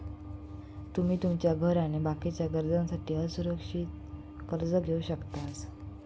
तुमी तुमच्या घर आणि बाकीच्या गरजांसाठी असुरक्षित कर्ज घेवक शकतास